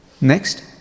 Next